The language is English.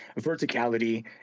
verticality